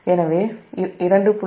எனவே 2